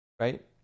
Right